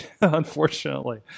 unfortunately